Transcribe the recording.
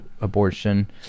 abortion